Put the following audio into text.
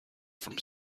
from